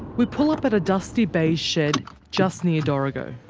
we pull up at a dusty beige shed just near dorrigo.